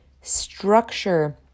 Structure